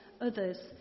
others